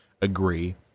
agree